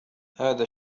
هذا